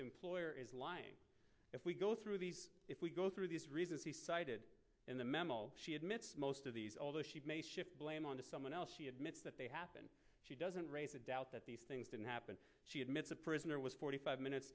the employer is lying if we go through these if we go through these reasons he cited in the memo she admits most of these although she may shift blame on to someone else she admits that they happen she doesn't raise a doubt that these things didn't happen she admits a prisoner was forty five minutes